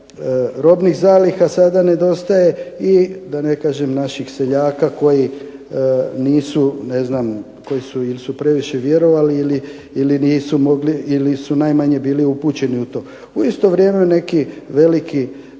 robnih zaliha sada nedostaje i da ne kažem naših seljaka koji su ili previše vjerovali ili su najmanje bili upućeni u to. U isto vrijeme neka velika